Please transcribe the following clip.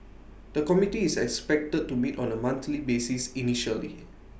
the committee is expected to meet on A monthly basis initially